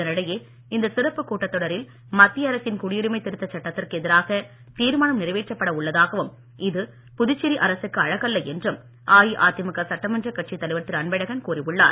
இதனிடையே இந்த சிறப்புக் கூட்டத் தொடரில் மத்திய அரசின் குடியுரிமை திருத்த சட்டத்திற்கு எதிராக தீர்மானம் நிறைவேற்றப்பட உள்ளதாகவும் இது புதுச்சேரி அரசுக்கு அழகல்ல என்றும் அஇஅதிமுக சட்டமன்ற கட்சித் தலைவர் திரு அன்பழகன் கூறி உள்ளார்